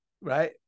right